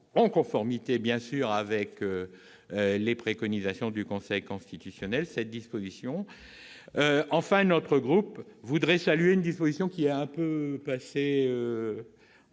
en conformité bien évidemment avec les préconisations du Conseil constitutionnel, cette disposition. Enfin, notre groupe voudrait saluer une disposition passée